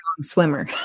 swimmer